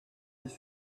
dix